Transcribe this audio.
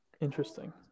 Interesting